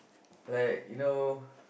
like you know